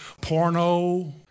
Porno